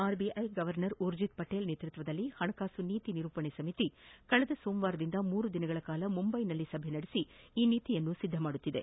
RBI governor Urjit Patel ನೇತೃತ್ವದಲ್ಲಿ ಹಣಕಾಸು ನೀತಿ ನಿರೂಪಣೆ ಸಮಿತಿ ಕಳೆದ ಸೋಮವಾರದಿಂದ ಮೂರು ದಿನಗಳ ಕಾಲ ಮುಂಬೈನಲ್ಲಿ ಸಭೆ ನಡೆಸಿ ಈ ನೀತಿಯನ್ನು ಸಿದ್ಲಪಡಿಸುತ್ತಿದೆ